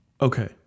Okay